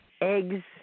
eggs